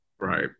Right